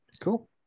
Cool